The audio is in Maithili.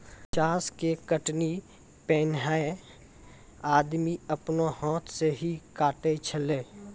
चास के कटनी पैनेहे आदमी आपनो हाथै से ही काटै छेलै